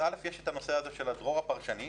יש הנושא של הדרור הפרשני,